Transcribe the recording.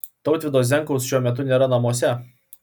tautvydo zenkaus šiuo metu nėra namuose